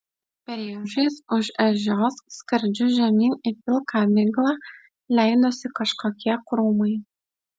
priešais už ežios skardžiu žemyn į pilką miglą leidosi kažkokie krūmai